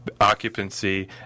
occupancy